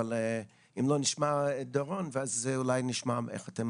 אבל אם לא אז נשמע את דורון ואז אולי נשמע איך אתם